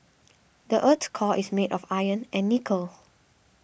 the earth's core is made of iron and nickel